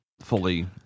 fully